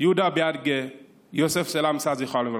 יהודה ביאגדה ויוסף סלמסה, זכרם לברכה.